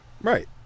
right